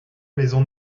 maison